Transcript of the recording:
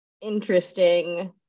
interesting